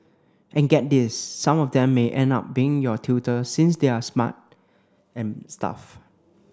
and get this some of them may end up being your tutor since they're smart and stuff